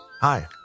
Hi